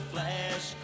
Flash